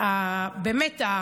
באמת,